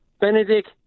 Benedict